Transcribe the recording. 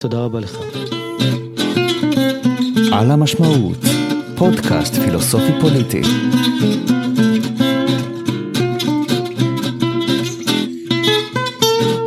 תודה רבה לך.... על המשמעות... פודקאסט פילוסופי פוליטי...